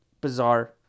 bizarre